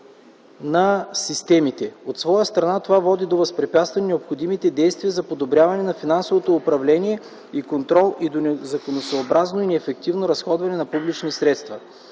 на системите. От своя страна това води до възпрепятстване необходимите действия за подобряване на финансовото управление и контрол и до незаконосъобразно и неефективно разходване на публични средства.